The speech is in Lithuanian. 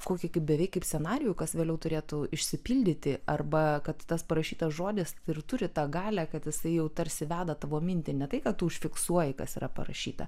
kokį beveik kaip scenarijų kas vėliau turėtų išsipildyti arba kad tas parašytas žodis ir turi tą galią kad jisai jau tarsi veda tavo mintį ne tai kad užfiksuoji kas yra parašyta